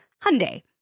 Hyundai